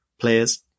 Players